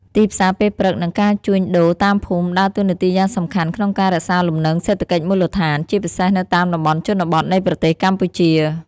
ទីផ្សារពេលព្រឹក និងការជួញដូរតាមភូមិដើរតួនាទីយ៉ាងសំខាន់ក្នុងការរក្សាលំនឹងសេដ្ឋកិច្ចមូលដ្ឋាន ជាពិសេសនៅតាមតំបន់ជនបទនៃប្រទេសកម្ពុជា។